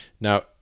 Now